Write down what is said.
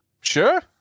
Sure